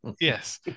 Yes